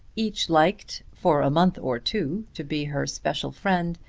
each liked for a month or two to be her special friend.